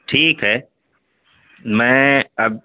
ٹھیک ہے میں اب